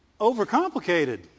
overcomplicated